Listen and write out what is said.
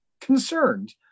concerned